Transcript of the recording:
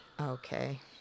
Okay